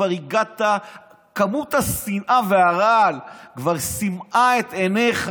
כמות השנאה והרעל כבר סימאה את עיניך.